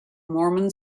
mormon